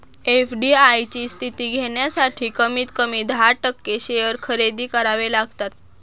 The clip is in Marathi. एफ.डी.आय ची स्थिती घेण्यासाठी कमीत कमी दहा टक्के शेअर खरेदी करावे लागतात